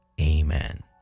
Amen